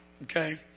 Okay